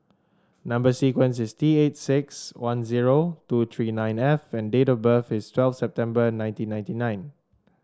number sequence is T eight six one zero two three nine F and date of birth is twelve September nineteen ninety nine